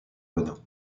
renault